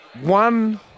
one